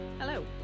Hello